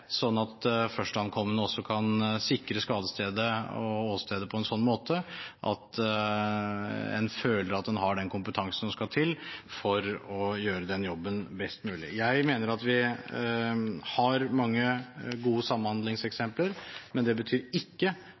sånn at førstankomne også kan sikre skadestedet og åstedet – på en sånn måte at en føler at en har den kompetansen som skal til for å gjøre den jobben best mulig. Jeg mener at vi har mange gode samhandlingseksempler, men det betyr ikke